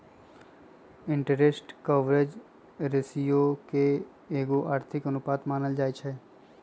interest coverage ratio के एगो आर्थिक अनुपात मानल जाइ छइ